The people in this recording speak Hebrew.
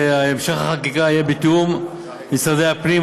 המשך החקיקה יהיה בתיאום עם משרדי הפנים,